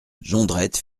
jondrette